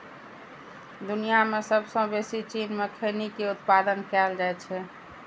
दुनिया मे सबसं बेसी चीन मे खैनी के उत्पादन कैल जाइ छै